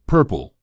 Purple